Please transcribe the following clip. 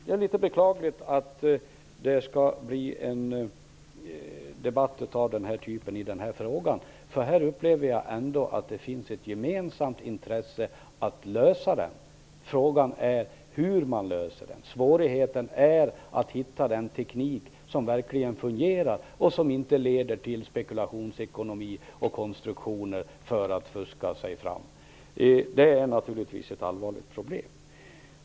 Det är litet beklagligt att det skall bli en debatt av den här typen i den här frågan. Här upplever jag ändå att det finns ett gemensamt intresse att tillgodose. Frågan är hur man löser problemen. Svårigheten är att hitta den teknik som verkligen fungerar och som inte leder till spekulationsekonomi och konstruktioner för att fuska sig fram. Det är naturligtvis ett allvarligt problem.